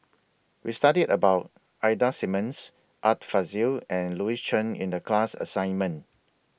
We studied about Ida Simmons Art Fazil and Louis Chen in The class assignment